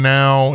now